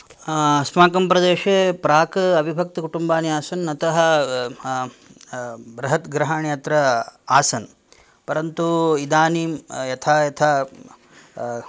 अस्माकं प्रदेशे प्राक् अविभक्तकुटुम्बानि आसन् अतः बृहत् गृहाणि अत्र आसन् परन्तु इदानीं यथा यथा